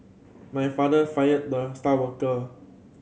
my father fired the star worker